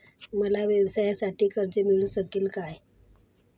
मला व्यवसायासाठी कर्ज मिळू शकेल का?